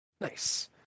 nice